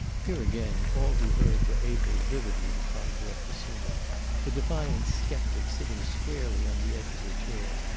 here, again, all who heard were able vividly to conjure up the scene the defiant sceptic sitting squarely on the edge of her chair,